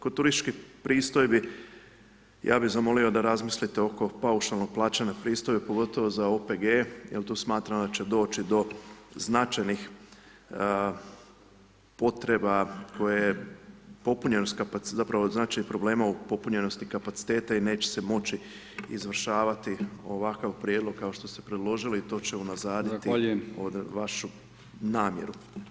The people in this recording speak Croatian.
Kod turističkih pristojbi, ja bi zamolio da razmislite oko paušalnog plaćanja pristojbe, pogotovo za OPG jer tu smatram da će doći do značajnih potreba, koje popunjenost kapaciteta, zapravo znači, problema u popunjenosti kapaciteta i neće se moći izvršavati ovakav prijedlog kakav ste preložili i to će unazaditi [[Upadica: Zahvaljujem.]] ovu vašu namjeru.